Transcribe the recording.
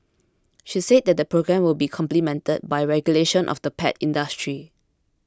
she said that the programme will be complemented by regulation of the pet industry